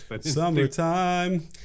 Summertime